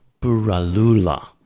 Buralula